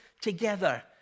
together